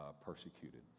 persecuted